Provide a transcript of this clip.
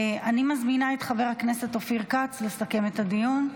אני מזמינה את חבר הכנסת אופיר כץ לסכם את הדיון.